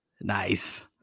Nice